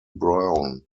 brown